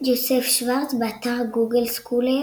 יוסף שורץ, באתר גוגל סקולר